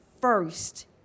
first